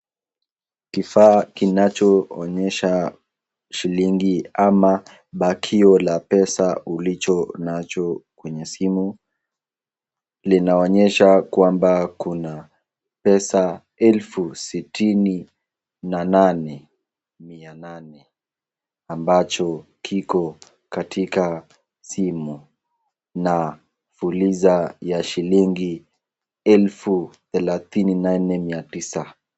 Kifaa kinachoonyesha shilingi ama bakiio la pesa ulicho nacho kwenye simu linaonyesha kwamba kuna pesa elfu sitini na nane mia nane ambacho kiko katika simu na fuliza ya shilingi elfu thelathini na nane mia tisa.